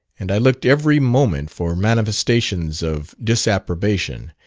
and i looked every moment for manifestations of disapprobation,